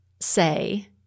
say